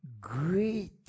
Great